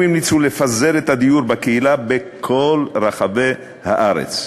המומחים המליצו לפזר את הדיור בקהילה בכל רחבי הארץ,